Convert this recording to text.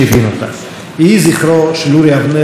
יהי זכרו של אורי אבנרי ברוך.